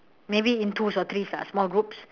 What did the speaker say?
maybe in twos or threes ah small groups